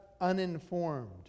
uninformed